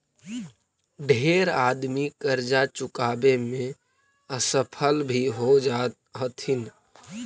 ढेर आदमी करजा चुकाबे में असफल भी हो जा हथिन